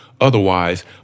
Otherwise